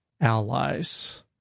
allies